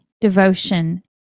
devotion